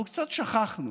אנחנו קצת שכחנו